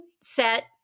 set